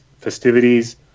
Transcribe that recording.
festivities